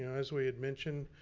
yeah as we had mentioned,